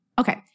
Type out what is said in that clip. Okay